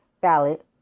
ballot